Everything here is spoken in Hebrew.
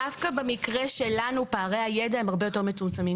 דווקא במקרה שלנו פערי הידע הם הרבה יותר מצומצמים,